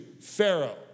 Pharaoh